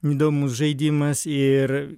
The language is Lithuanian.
įdomus žaidimas ir